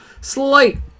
slight